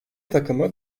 takımı